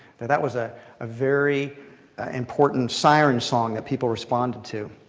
that that was a ah very important siren song that people responded to.